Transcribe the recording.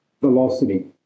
velocity